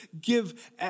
give